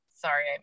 Sorry